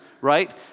right